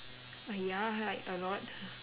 oh ya like a lot